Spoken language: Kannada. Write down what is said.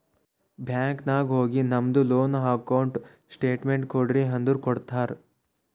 ಬ್ಯಾಂಕ್ ನಾಗ್ ಹೋಗಿ ನಮ್ದು ಲೋನ್ ಅಕೌಂಟ್ ಸ್ಟೇಟ್ಮೆಂಟ್ ಕೋಡ್ರಿ ಅಂದುರ್ ಕೊಡ್ತಾರ್